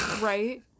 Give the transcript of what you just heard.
Right